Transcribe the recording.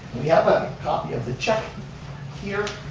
we have a copy of the check here.